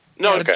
No